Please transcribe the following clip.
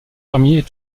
infirmiers